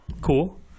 cool